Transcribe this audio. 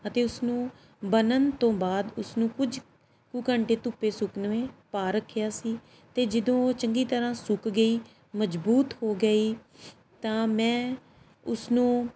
ਅਤੇ ਉਸਨੂੰ ਬਣਨ ਤੋਂ ਬਾਅਦ ਉਸਨੂੰ ਕੁਝ ਕੁ ਘੰਟੇ ਧੁੱਪੇ ਸੁੱਕਣੇ ਪਾ ਰੱਖਿਆ ਸੀ ਅਤੇ ਜਦੋਂ ਉਹ ਚੰਗੀ ਤਰ੍ਹਾਂ ਸੁੱਕ ਗਈ ਮਜ਼ਬੂਤ ਹੋ ਗਈ ਤਾਂ ਮੈਂ ਉਸਨੂੰ